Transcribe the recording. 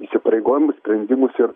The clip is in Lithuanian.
įsipareigojimus sprendimus ir